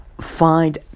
find